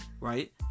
right